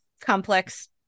complex